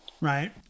Right